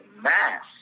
mass